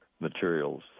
materials